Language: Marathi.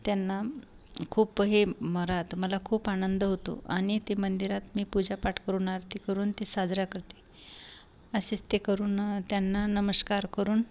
त्यांना खूप हे मरा तर मला खूप आनंद होतो आणि ते मंदिरात मी पूजापाठ करून आरती करून ती साजरा करते असेच ते करून त्यांना नमस्कार करून